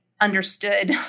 understood